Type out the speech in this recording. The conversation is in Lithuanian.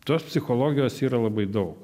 tos psichologijos yra labai daug